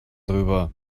drüber